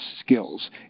skills